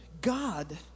God